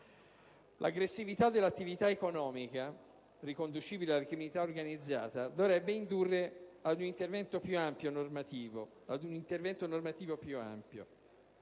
L'aggressività dell'attività economica riconducibile alla criminalità organizzata dovrebbe indurre ad un intervento normativo